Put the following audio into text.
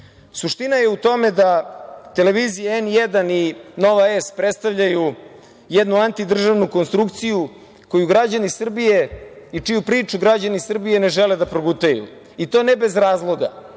zemlji? Suština je u tome da televizije N1 i Nova S predstavljaju jednu antidržavnu konstrukciju koju građani Srbije i čiju priču građani Srbije ne žele da progutaju, i to ne bez razloga,